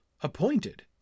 appointed